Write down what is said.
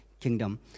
kingdom